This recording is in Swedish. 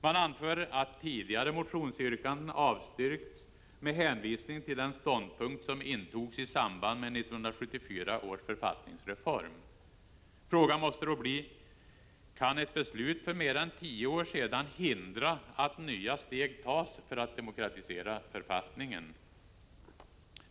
Man anför att tidigare motionsyrkanden avstyrkts med hänvisning till den ståndpunkt som intogs i samband med 1974 års författningsreform. Frågan måste då bli: Kan ett beslut för mer än tio år sedan hindra att nya steg tas för att demokratisera författningen?